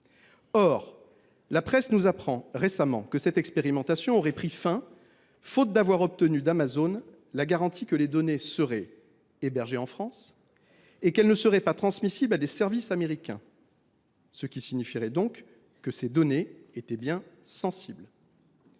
Or la presse nous apprenait récemment que ladite expérimentation avait pris fin, faute d’avoir obtenu d’Amazon la garantie que les données seraient hébergées en France et ne seraient pas transmissibles à des services américains. Lesdites données étaient donc bien sensibles.